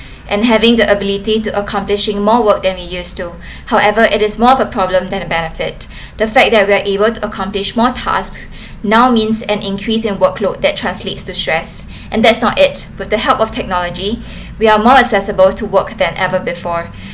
and having the ability to accomplishing more work than we used to however it is more of a problem than a benefit the fact that we are able to accomplish more tasks now means an increase in workload that translates to stress and that's not it with the help of technology we are more accessible to work than ever before